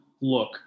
look